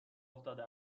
افتاده